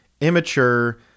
immature